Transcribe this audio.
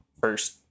first